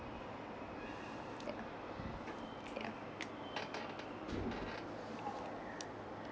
ya ya